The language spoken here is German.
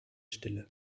stille